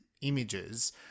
images